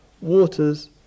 waters